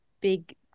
big